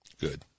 Good